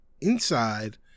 inside